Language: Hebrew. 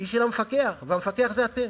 היא של המפקח, והמפקח זה אתם.